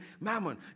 mammon